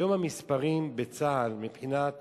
היום המספרים בצה"ל מבחינת